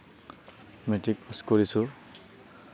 matric pass কৰিছোঁ